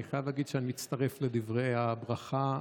חייב להגיד שאני מצטרף לדברי הברכה.